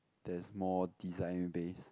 there is more design based